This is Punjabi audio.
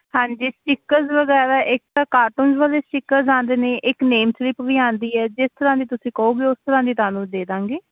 ਹਾਂਜੀ ਸਟੀਕਰਸ ਵਗੈਰਾ ਇੱਕ ਤਾਂ ਕਾਰਟੂਨਸ ਵਾਲੇ ਸਟੀਕਰਸ ਆਉਂਦੇ ਨੇ ਇੱਕ ਨੇਮ ਸਲਿਪ ਵੀ ਆਉਂਦੀ ਹੈ ਜਿਸ ਤਰ੍ਹਾਂ ਦੇ ਤੁਸੀਂ ਕਹੋਗੇ ਉਸ ਤਰ੍ਹਾਂ ਦੀ ਤੁਹਾਨੂੰ ਦੇ ਦੇਵਾਂਗੇ